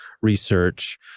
research